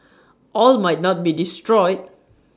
all might not be destroyed